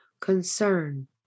concern